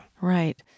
Right